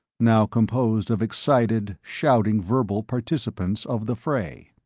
now composed of excited, shouting verbal participants of the fray.